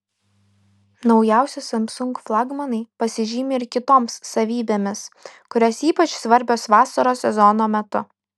naujausi samsung flagmanai pasižymi ir kitoms savybėmis kurios ypač svarbios vasaros sezono metu